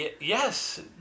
yes